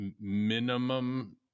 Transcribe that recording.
minimum